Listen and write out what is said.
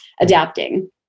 adapting